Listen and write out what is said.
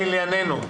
נעבור לענייננו.